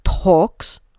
talks